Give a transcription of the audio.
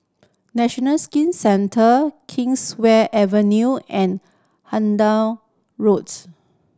National Skin Centre Kingswear Avenue and Hendon Roads